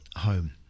home